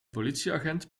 politieagent